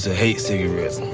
hey serious.